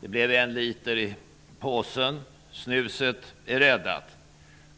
Det blev en liter i påsen. Snuset är räddat.